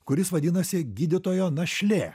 kuris vadinasi gydytojo našlė